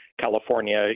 California